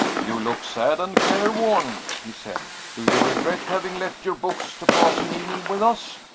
you look sad and careworn, he said. do you regret having left your books to pass an evening with us?